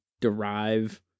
derive